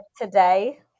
today